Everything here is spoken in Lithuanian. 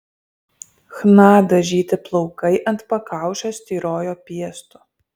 chna dažyti plaukai ant pakaušio styrojo piestu